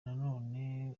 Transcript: nanone